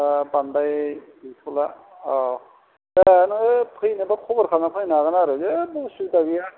दा बांद्राय गैथ'ला औ नोङो फैनोबा खबर खालामना फैनो हागोन आरो जेबबो उसुबिदा गैया